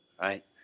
right